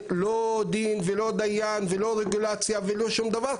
לא דין ולא דיין ולא רגולציה ולא שום דבר,